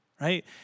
right